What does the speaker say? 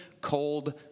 cold